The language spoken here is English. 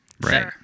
Right